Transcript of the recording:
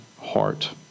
heart